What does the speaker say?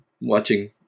watching